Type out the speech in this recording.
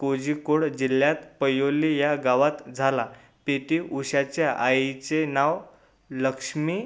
कोजिकोड जिल्ह्यात पयोल्ली या गावात झाला पी टी उषाच्या आईचे नाव लक्ष्मी